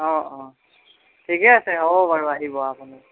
অঁ অঁ ঠিকেই আছে হ'ব বাৰু আহিব আপুনি